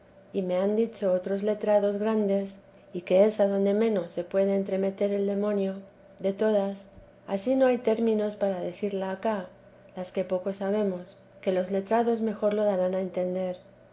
y me han dicho otros letrados grandes y que es adonde menos se puede entremeter el demonio de todas ansí no hay términos para decirla acá las que poco sabemos que los letrados mejor lo darán a entender